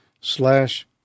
slash